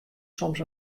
soms